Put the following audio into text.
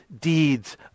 deeds